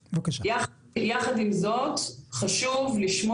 הסטנדרט שיחול כי בכל זאת יש לנו כאן